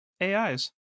ais